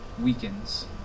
weakens